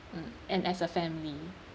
mm and as a family